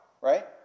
Right